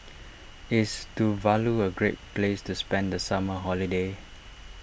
is Tuvalu a great place to spend the summer holiday